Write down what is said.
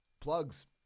Plugs